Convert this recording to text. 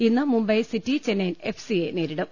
ഇന്ന് മുംബൈ സിറ്റി ചെന്നൈയിൻ എഫ്സിയെ നേരിടും